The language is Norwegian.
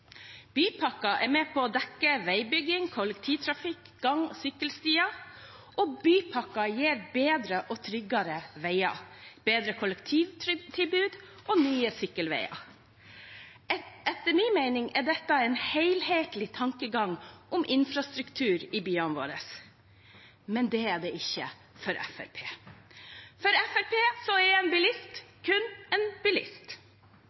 bypakke? Bypakker er med på å dekke veibygging, kollektivtrafikk og gang- og sykkelstier, og bypakker gir bedre og tryggere veier, bedre kollektivtilbud og nye sykkelveier. Etter min mening er dette en helhetlig tankegang om infrastruktur i byene våre. Men det er det ikke for Fremskrittspartiet. For Fremskrittspartiet er en bilist kun en bilist